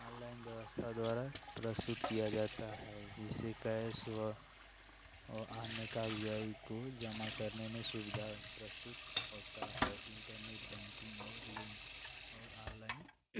online व्यवस्था द्वारा प्रस्तुत किया जाता है जिसे कैश हुआ औ आमे काय जायतु जमा करने में सुविधा प्रस्तुत होता है इंटरनेट बैंकिंग और लेन और ऑललाइन